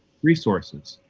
resources.